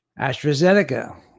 AstraZeneca